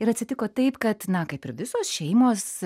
ir atsitiko taip kad na kaip ir visos šeimos